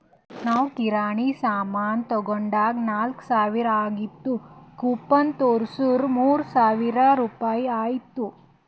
ನಾವ್ ಕಿರಾಣಿ ಸಾಮಾನ್ ತೊಂಡಾಗ್ ನಾಕ್ ಸಾವಿರ ಆಗಿತ್ತು ಕೂಪನ್ ತೋರ್ಸುರ್ ಮೂರ್ ಸಾವಿರ ರುಪಾಯಿ ಆಯ್ತು